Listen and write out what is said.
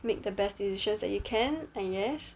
make the best decision that you can I guess